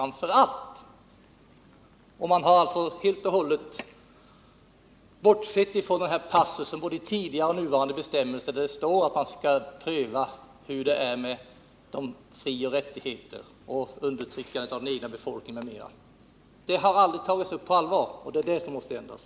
Man har alltså bortsett från den passus i både tidigare och nuvarande bestämmelser där det står att man skall pröva hur det i mottagarlandet förhåller sig med de mänskliga frioch rättigheterna, undertryckandet av den egna befolkningen m.m. Detta har aldrig tagits upp på allvar, och det är det som måste ändras.